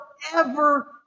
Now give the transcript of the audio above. forever